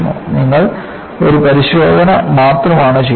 നിങ്ങൾ ഒരു പരിശോധന മാത്രമാണ് ചെയ്യുന്നത്